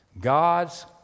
God's